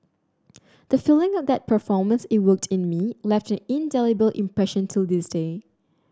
the feeling that performance evoked in me left indelible impression till this day